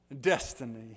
destiny